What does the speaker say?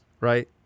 right